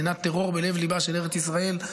מדינת טרור בלב-ליבה של ארץ ישראל,